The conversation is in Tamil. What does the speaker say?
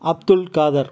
அப்துல் காதர்